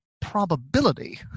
probability